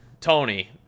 Tony